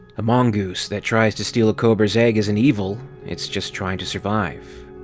a mongooze that tries to steal a cobra's egg isn't evil it's just trying to survive.